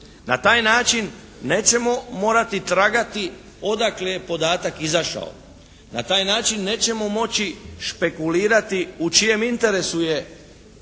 Na taj način nećemo morati tragati odakle je podatak izašao, na taj način nećemo moći špekulirati u čijem je interesu